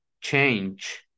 change